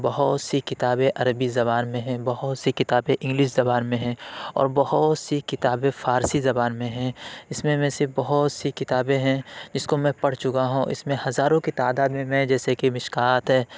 بہت سی کتابیں عربی زبان میں ہیں بہت سی کتابیں انگلش زبان میں ہیں اور بہت سی کتابیں فارسی زبان میں ہیں اس میں میں سے بہت سی کتابیں ہیں جس کو میں پڑھ چکا ہوں اس میں ہزاروں کی تعداد میں میں جیسے کہ مشکوٰۃ ہے